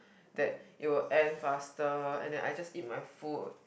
that it will end faster and then I just eat my food